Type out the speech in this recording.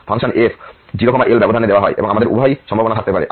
function f ব্যবধান 0L এ দেওয়া হয় এবং আমাদের উভয় সম্ভাবনা থাকতে পারে